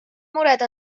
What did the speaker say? mured